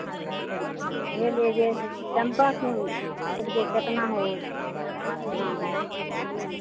ले लीजिए चम्पा फूल सबके कितना हो दाम है